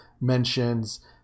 mentions